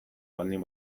baldin